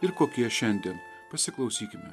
ir kokie šiandien pasiklausykime